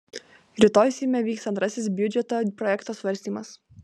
rytoj seime vyks antrasis biudžeto projekto svarstymas